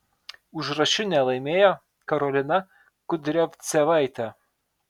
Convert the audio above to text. užrašinę laimėjo karolina kudriavcevaitė